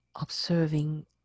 observing